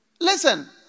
Listen